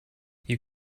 you